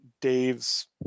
dave's